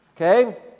Okay